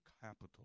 Capital